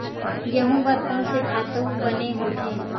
गेहूं बर कोन से खातु बने होथे?